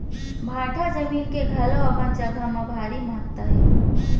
भाठा जमीन के घलौ अपन जघा म भारी महत्ता हे